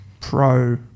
Pro